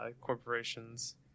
corporations